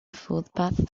footpath